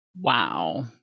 Wow